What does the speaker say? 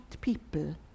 people